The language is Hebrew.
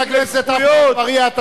חבר הכנסת עפו אגבאריה,